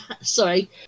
Sorry